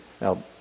Now